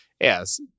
yes